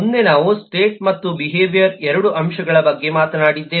ಮುಂದೆ ನಾವು ಸ್ಟೇಟ್ ಮತ್ತು ಬಿಹೇವಿಯರ್ 2 ಅಂಶಗಳ ಬಗ್ಗೆ ಮಾತನಾಡಿದ್ದೇವೆ